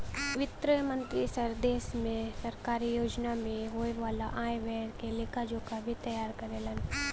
वित्त मंत्री देश में सरकारी योजना में होये वाला आय व्यय के लेखा जोखा भी तैयार करेलन